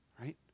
right